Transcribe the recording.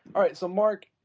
all right, so mark,